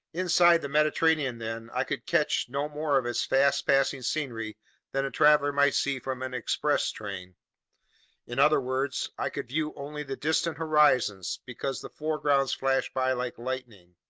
inside the mediterranean, then, i could catch no more of its fast-passing scenery than a traveler might see from an express train in other words, i could view only the distant horizons because the foregrounds flashed by like lightning.